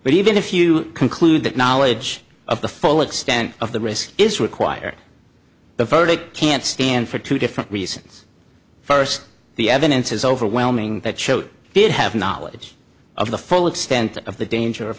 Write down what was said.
but even if you conclude that knowledge of the full extent of the risk is required the verdict can't stand for two different reasons first the evidence is overwhelming that showed did have knowledge of the full extent of the danger of